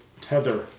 tether